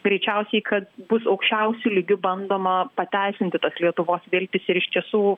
greičiausiai kad bus aukščiausiu lygiu bandoma pateisinti tas lietuvos viltis ir iš tiesų